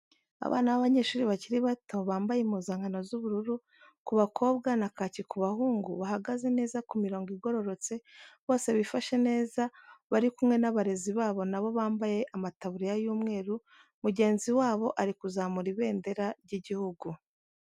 Abana b'abanyeshuri bakiri bato bambaye impuzankano z'ubururu ku bakobwa na kaki ku bahungu bahagaze neza ku mirongo igororotse bose bifashe neza bari kumwe n'abarezi babo nabo bambaye amataburiya y'umweru mugenzi wabo ari kuzamura ibendera ry'igihugu.